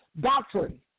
Doctrine